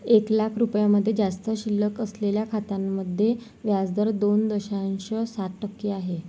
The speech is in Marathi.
एक लाख रुपयांपेक्षा जास्त शिल्लक असलेल्या खात्यांमध्ये व्याज दर दोन दशांश सात टक्के आहे